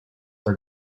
are